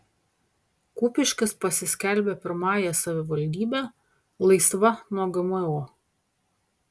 kupiškis pasiskelbė pirmąją savivaldybe laisva nuo gmo